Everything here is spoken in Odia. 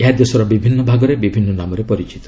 ଏହା ଦେଶର ବିଭିନ୍ନ ଭାଗରେ ବିଭିନ୍ନ ନାମରେ ପରିଚିତ